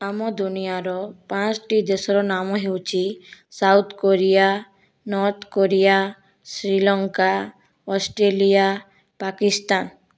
ଆମ ଦୁନିଆର ପାଞ୍ଚ ଟି ଦେଶର ନାମ ହେଉଛି South Korea North Korea Sri Lanka Australia Pakistan